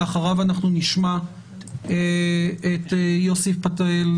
לאחריו אנחנו נשמע את יוסי פתאל,